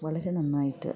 വളരെ നന്നായിട്ട്